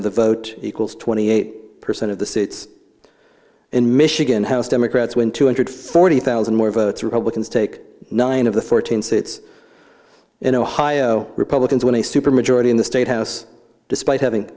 of the vote equals twenty eight percent of the seats in michigan house democrats win two hundred forty thousand more votes republicans take nine of the fourteen states in ohio republicans won a super majority in the state house despite having